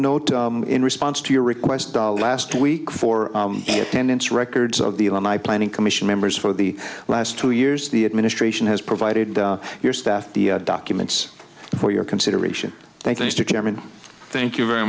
note in response to your request dollars last week for the attendance records of the alumni planning commission members for the last two years the administration has provided your staff the documents for your consideration thank you